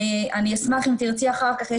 אני אשמח אם תרצי אחר כך,